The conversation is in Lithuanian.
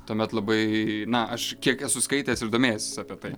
tuomet labai na aš kiek esu skaitęs ir domėjęsis apie tai